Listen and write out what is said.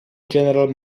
general